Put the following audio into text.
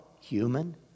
human